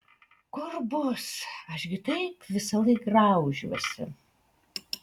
kur bus aš gi taip visąlaik graužiuosi